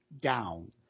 down